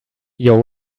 your